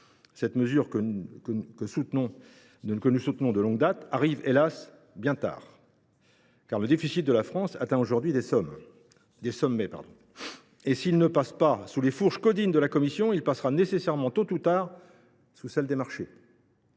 Cette mesure, que nous soutenons de longue date, arrive bien tard, hélas ! car le déficit de la France atteint aujourd’hui des sommets, et s’il ne passe pas sous les fourches caudines de la Commission, il passera nécessairement tôt ou tard sous celles des marchés.